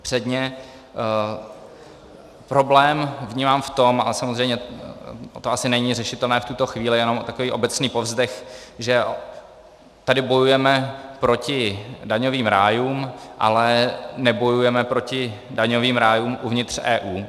Předně problém vnímám v tom, ale samozřejmě to asi není řešitelné v tuto chvíli, jenom takový obecný povzdech, že tady bojujeme proti daňovým rájům, ale nebojujeme proti daňovým rájům uvnitř EU.